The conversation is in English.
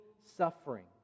suffering